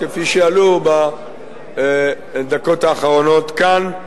כפי שעלו בדקות האחרונות כאן,